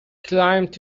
climbed